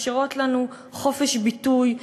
מאפשרות לנו חופש ביטוי,